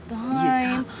time